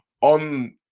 on